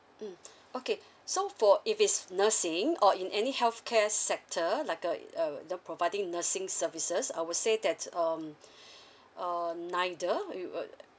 mm okay so for if it's nursing or in any healthcare sector like a err the providing nursing services I would say that's um uh neither we would